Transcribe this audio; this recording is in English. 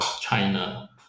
China